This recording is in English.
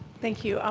thank you. um